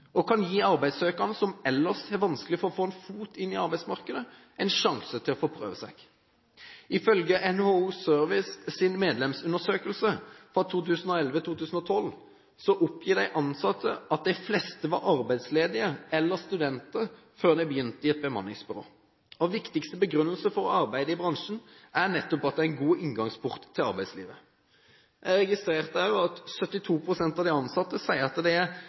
og kan gi arbeidssøkende som ellers har vanskelig for å få en fot inn i arbeidsmarkedet, en sjanse til å få prøve seg. Ifølge NHO Services medlemsundersøkelse fra 2011–2012 oppgir de ansatte at de fleste var arbeidsledige eller studenter før de begynte i et bemanningsbyrå. Den viktigste begrunnelsen for å arbeide i bransjen er nettopp at det er en god inngangsport til arbeidslivet. Jeg registrerte også at 72 pst. av de ansatte sier de er godt fornøyd med arbeidet i bemanningsbransjen, at